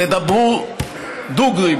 תדברו דוגרי,